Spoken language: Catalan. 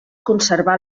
conserva